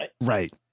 right